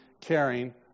caring